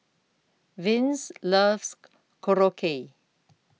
Vince loves Korokke